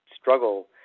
struggle